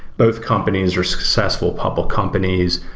both companies were successful public companies.